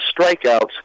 strikeouts